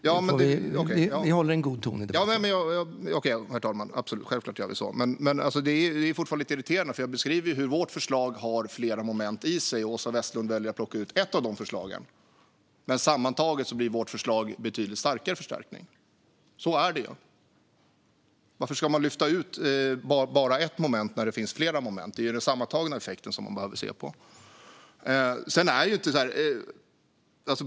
Herr talman! Jag tror inte heller att pensionärerna är dumma. Däremot gör ledamoten Westlund sig mer än lovligt dum. : Ursäkta, herr talman! Nu är det faktiskt andra gången Oscar Sjöstedt säger så.) Absolut, herr talman, det ska vi självfallet göra. Men det är fortfarande lite irriterande att Åsa Westlund, då jag beskriver hur vårt förslag har flera moment, väljer att plocka ut ett av dessa när vårt förslag sammantaget ger en betydligt större förstärkning. Så är det. Varför ska man lyfta ut endast ett moment när det finns flera? Det är den sammantagna effekten man behöver se på.